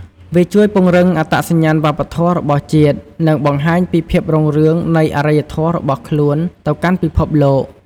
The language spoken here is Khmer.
វាជួយពង្រឹងអត្តសញ្ញាណវប្បធម៌របស់ជាតិ និងបង្ហាញពីភាពរុងរឿងនៃអរិយធម៌របស់ខ្លួនទៅកាន់ពិភពលោក។